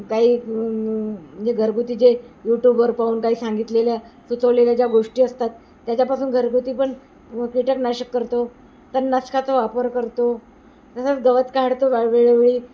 काही म्हणजे घरगुती जे यूटूबवर पाहून काही सांगितलेल्या सुचवलेल्या ज्या गोष्टी असतात त्याच्यापासून घरगुती पण कीटकनाशक करतो तणनाशकाचा वापर करतो तसंच गवत काढतो वाळ वेळोवेळी